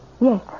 Yes